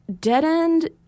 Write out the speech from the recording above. dead-end